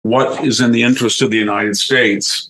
What is in the interest of the United States?